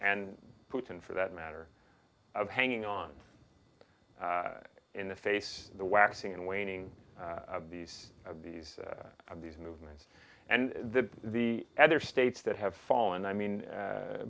and putin for that matter of hanging on in the face of the waxing and waning of these of these of these movements and the the other states that have fallen i mean